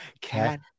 Cat